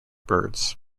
birds